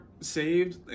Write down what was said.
Saved